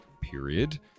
period